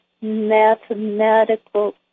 mathematical